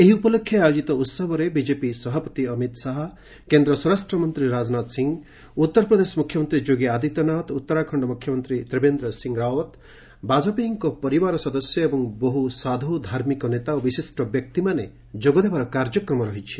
ଏହି ଉପଲକ୍ଷେ ଆୟୋଜିତ ଉତ୍ସବରେ ବିଜେପି ସଭାପତି ଅମିତ ଶାହା କେନ୍ଦ୍ର ସ୍ୱରାଷ୍ଟ୍ର ମନ୍ତ୍ରୀ ରାଜନାଥ ସିଂ ଉତ୍ତରପ୍ରଦେଶ ମୁଖ୍ୟମନ୍ତ୍ରୀ ଯୋଗୀ ଆଦିତ୍ୟନାଥ ଉତ୍ତରାଖଣ୍ଡ ମୁଖ୍ୟମନ୍ତ୍ରୀ ତ୍ରିବେନ୍ଦ୍ର ସିଂ ରାଓ୍ୱତ ବାଜପେୟୀଙ୍କ ପରିବାର ସଦସ୍ୟ ଏବଂ ବହୁ ସାଧୁ ଧାର୍ମିକ ନେତା ଓ ବିଶିଷ୍ଟ ବ୍ୟକ୍ତିବିଶେଷ ଯୋଗଦେବାର କାର୍ଯ୍ୟକ୍ରମ ରହିଛି